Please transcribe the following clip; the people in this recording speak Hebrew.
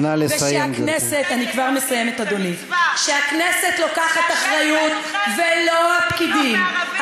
חובה לגנוב מהערבים ולתת ליהודים.